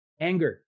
anger